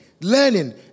learning